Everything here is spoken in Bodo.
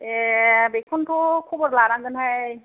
ए बेखौनोथ' खबर लानांगोन हाय